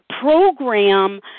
program